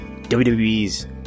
WWE's